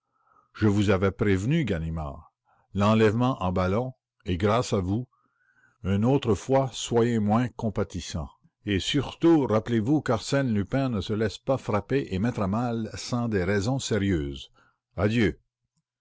je vous avais prévenu ganimard l'enlèvement en ballon et grâce à vous une autre fois soyez moins compatissant et surtout rappelez-vous qu'arsène lupin ne se laisse pas frapper et mettre à mal sans des raisons sérieuses